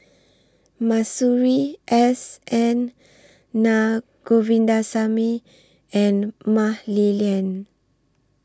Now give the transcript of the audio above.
Masuri S N Naa Govindasamy and Mah Li Lian